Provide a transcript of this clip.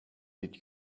did